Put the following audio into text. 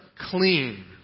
clean